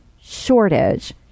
shortage